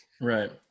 right